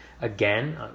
again